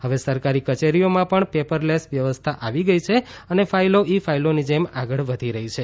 હવે સરકારી કચેરીઓમાં પણ પેપરલેસ વ્યવસ્થા આવી ગઈ છે અને ફાઈલો ઈ ફાઈલોની જેમ આગળ વધી રહી છે